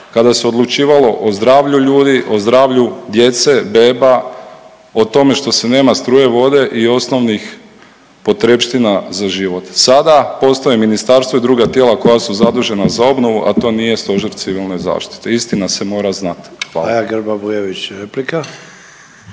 kada se odlučivalo o zdravlju ljudi, o zdravlju djece, beba, o tome što se nema struje, vode i osnovnih potrepština za život. Sada postoje ministarstvo i druga tijela koja su zadužena za obnovu, a to nije Stožer civilne zaštite. Istina se mora znati. Hvala.